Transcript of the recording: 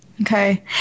Okay